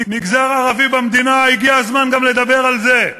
מגזר ערבי במדינה, הגיע הזמן גם לדבר על זה.